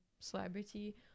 celebrity